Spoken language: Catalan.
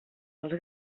dels